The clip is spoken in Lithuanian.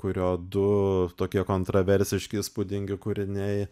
kurio du tokie kontraversiški įspūdingi kūriniai